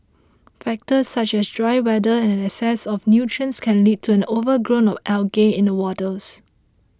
factors such as dry weather and an excess of nutrients can lead to an overgrowth of algae in the waters